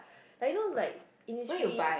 I know like Innisfree